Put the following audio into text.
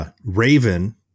Raven